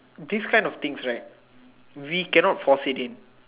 this kind of things right we cannot foresee them